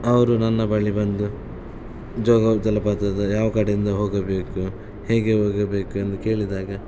ಅವರು ನನ್ನ ಬಳಿ ಬಂದು ಜೋಗ ಜಲಪಾತದ ಯಾವ ಕಡೆಯಿಂದ ಹೋಗಬೇಕು ಹೇಗೆ ಹೋಗಬೇಕು ಎಂದು ಕೇಳಿದಾಗ